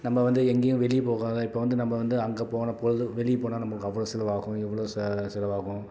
நம்ம வந்து எங்கேயும் வெளியே போகாது இப்போ வந்து நம்ம வந்து அங்கே போன பொழுது வெளியே போனால் நம்மளுக்கு அவ்வளோ செலவாகும் இவ்வளோ ச செலவாகும்